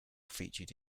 featured